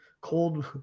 Cold